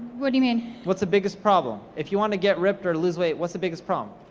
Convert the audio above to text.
what do you mean? what's the biggest problem? if you wanna get ripped or lose weight, what's the biggest problem?